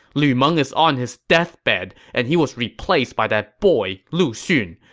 lu meng is on his deathbed, and he was replaced by that boy lu xun.